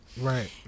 Right